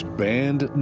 banned